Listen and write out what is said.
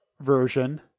version